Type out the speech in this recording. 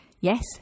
Yes